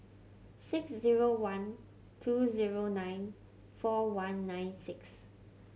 six zero one two zero nine four one nine six